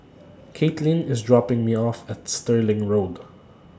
Kaitlin IS dropping Me off At Stirling Road